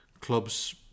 clubs